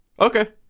Okay